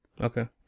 Okay